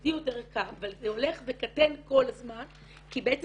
המוסדי יותר יקר אבל זה הולך וקטן כל הזמן כי בעצם